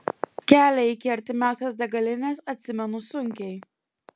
kelią iki artimiausios degalinės atsimenu sunkiai